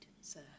sir